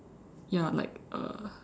ya like uh